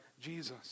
Jesus